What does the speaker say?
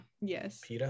yes